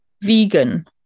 vegan